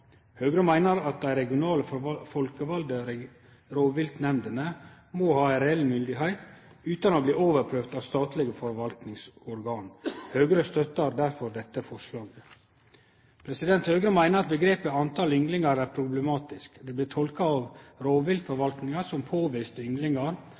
Høgre meiner at dei regionale, folkevalde rovviltnemndene må ha reell myndigheit, utan å bli overprøvde av statlege forvaltningsorgan. Høgre støttar derfor dette forslaget. Høgre meiner at omgrepet «antall ynglinger» er problematisk. Det blir tolka av